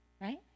Right